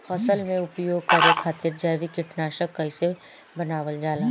फसल में उपयोग करे खातिर जैविक कीटनाशक कइसे बनावल जाला?